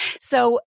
So-